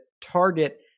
target